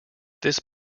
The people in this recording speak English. this